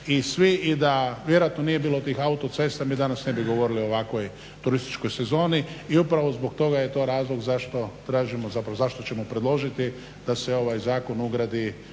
i svi. I da vjerojatno nije bilo tih autocesta mi ne bi danas govorili o ovakvoj turističkoj sezoni. I upravo zbog toga je to razlog zašto tražimo, zapravo zašto ćemo predložiti da se u ovaj zakon ugradi